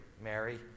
Mary